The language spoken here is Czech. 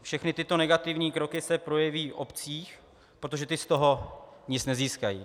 Všechny tyto negativní kroky se projeví v obcích, protože ty z toho nic nezískají.